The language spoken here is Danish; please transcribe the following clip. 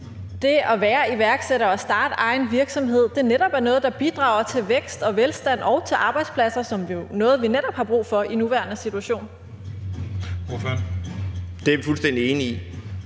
det at være iværksætter og starte egen virksomhed netop er noget, der bidrager til vækst, velstand og arbejdspladser, som jo er noget, vi har brug for i den nuværende situation? Kl. 15:00 Den fg.